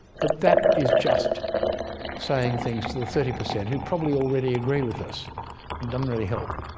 but that is just saying things to the thirty per cent who probably already agree with us and doesn't really help.